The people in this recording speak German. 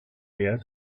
der